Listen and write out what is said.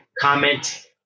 comment